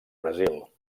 brasil